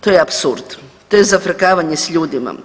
To je apsurd, to je zafrkavanje s ljudima.